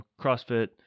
CrossFit